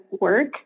work